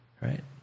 right